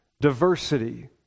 diversity